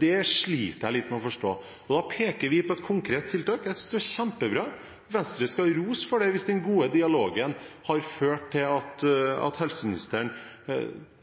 det sliter jeg litt med å forstå. Da peker vi på et konkret tiltak. Jeg synes dette var kjempebra. Venstre skal ha ros for det hvis den gode dialogen har ført til at helseministeren